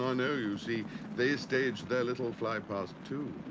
ah no, you see they stage their little fly past, too.